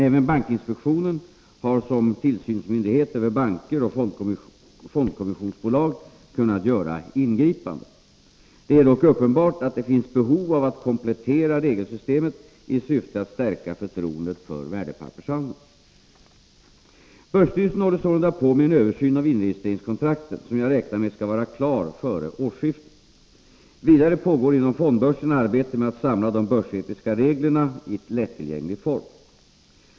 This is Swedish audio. Även bankinspektionen har såsom tillsynsmyndighet över banker och fondkommissionsbolag kunnat göra ingripanden. Det är dock uppenbart att det finns behov av att komplettera regelsystemet i syfte att stärka förtroendet för värdepappershandeln. Börsstyrelsen håller sålunda på med en översyn av inregistreringskontrakten, som jag räknar med skall vara klar före åsskiftet. Vidare pågår inom fondbörsen arbete med att samla de börsetiska reglerna i lättillgänglig form.